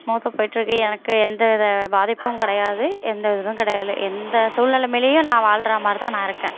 ஸ்மூத்தாக போய்ட்டுருக்கு எனக்கு எந்த வித பாதிப்பும் கிடையாது எந்த இதிலும் கெடையாது எந்த சூழ்நிலையிலேயும் நான் வாழ்ற மாதிரி தான் நான் இருக்கேன்